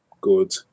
good